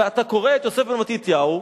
ואתה קורא את יוסף בן מתתיהו,